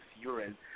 urine